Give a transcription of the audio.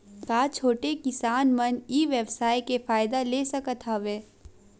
का छोटे किसान मन ई व्यवसाय के फ़ायदा ले सकत हवय?